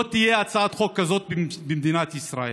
לא תהיה הצעת חוק כזאת במדינת ישראל,